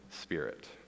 spirit